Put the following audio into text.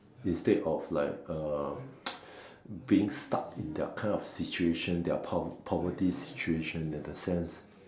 instead of like uh being stuck in their kind of situation their pov~ poverty situation in a sense